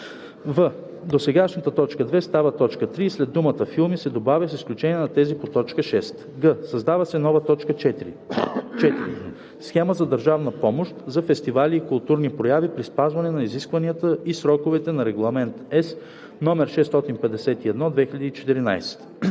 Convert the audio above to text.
в) досегашната т. 2 става т. 3 и след думата „филми“ се добавя „с изключение на тези по т. 6“; г) създава се нова т. 4: „4. схема за държавна помощ за фестивали и културни прояви при спазване на изискванията и сроковете на Регламент (ЕС) № 651/2014;“